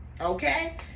okay